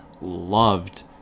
loved